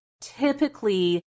typically